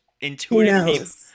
intuitive